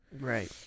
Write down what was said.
Right